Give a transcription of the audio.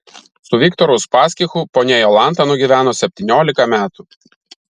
su viktoru uspaskichu ponia jolanta nugyveno septyniolika metų